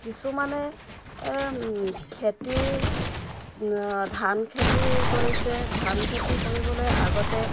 কিছুমানে খেতি ধান খেতি কৰিছে ধান খেতি কৰিবলৈ আগতে